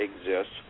exists